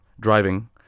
driving